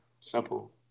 simple